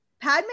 Padme